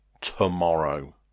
tomorrow